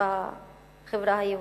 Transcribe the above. בחברה היהודית.